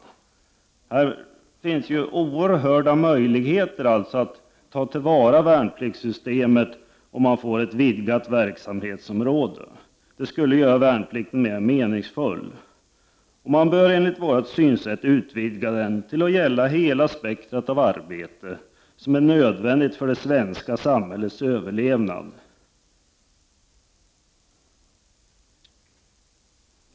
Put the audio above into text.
Här finns oerhörda möjligheter att ta till vara — Prot. 1989/90:46 värnpliktssystemet om man får ett vidgat verksamhetsområde. Det skulle 14 december 1989 göra värnplikten mera meningsfull. Enligt miljöpartiets synsätt bör värnplikten utvidgas till att gälla hela spektret av arbete som är nödvändigt för det svenska samhällets överlevnad.